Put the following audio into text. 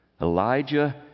Elijah